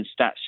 stats